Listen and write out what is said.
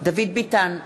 דוד ביטן,